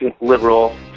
liberal